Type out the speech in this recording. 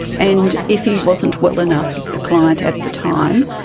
and if he wasn't well enough, the client at the time,